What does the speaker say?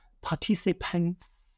participants